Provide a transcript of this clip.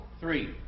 three